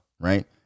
right